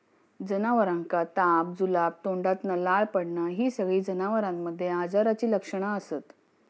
जनावरांका ताप, जुलाब, तोंडातना लाळ पडना हि सगळी जनावरांमध्ये आजाराची लक्षणा असत